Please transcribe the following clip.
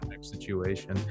situation